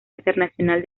internacional